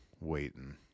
waiting